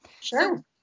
Sure